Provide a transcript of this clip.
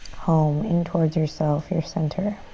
home, in towards yourself, your center.